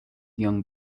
young